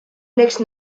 next